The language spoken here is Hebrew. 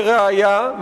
לראיה,